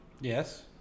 Yes